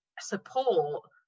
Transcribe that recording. support